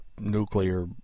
nuclear